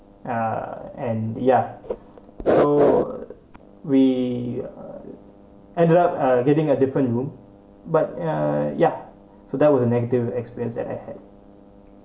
ya and ya so we ended up getting a different room but er ya so that was an negative experience that I had